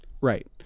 right